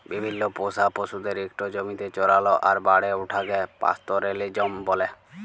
বিভিল্ল্য পোষা পশুদের ইকট জমিতে চরাল আর বাড়ে উঠাকে পাস্তরেলিজম ব্যলে